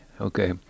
Okay